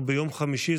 אנחנו ביום חמישי,